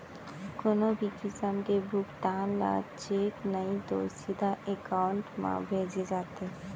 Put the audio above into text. कोनो भी किसम के भुगतान ल चेक नइ तो सीधा एकाउंट म भेजे जाथे